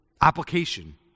application